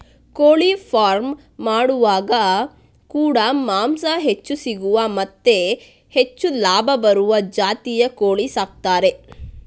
ಕೋಳಿ ಫಾರ್ಮ್ ಮಾಡುವಾಗ ಕೂಡಾ ಮಾಂಸ ಹೆಚ್ಚು ಸಿಗುವ ಮತ್ತೆ ಹೆಚ್ಚು ಲಾಭ ಬರುವ ಜಾತಿಯ ಕೋಳಿ ಸಾಕ್ತಾರೆ